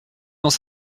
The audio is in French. dans